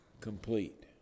complete